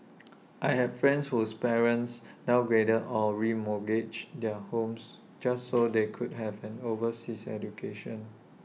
I had friends whose parents downgraded or remortgaged their homes just so they could have an overseas education